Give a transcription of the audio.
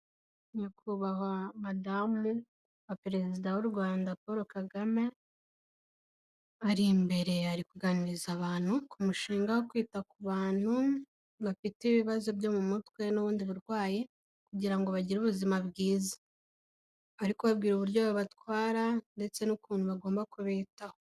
Nyakubahwa Madamu wa Perezida w'u Rwanda Paul Kagame, ari imbere, ari kuganiriza abantu ku mushinga wo kwita ku bantu bafite ibibazo byo mu mutwe n'ubundi burwayi kugira ngo bagire ubuzima bwiza. Ari kubabwira uburyo bibatwara ndetse n'ukuntu bagomba kubitaho.